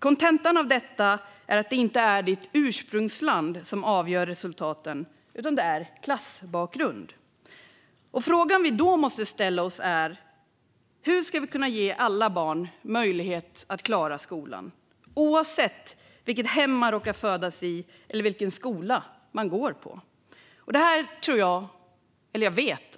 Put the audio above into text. Kontentan av detta är att det inte är ditt ursprungsland som avgör resultaten utan din klassbakgrund. Frågan vi då måste ställa oss är: Hur ska vi kunna ge alla barn möjlighet att klara skolan, oavsett vilket hem man råkar födas i eller vilken skola man går på?